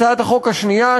הצעת החוק השנייה,